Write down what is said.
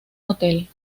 hotel